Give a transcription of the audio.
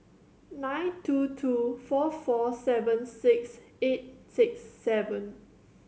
nine two two four four seven six eight six seven